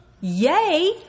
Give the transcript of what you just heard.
Yay